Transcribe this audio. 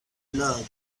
love